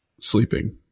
sleeping